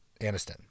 Aniston